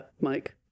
mike